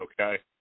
okay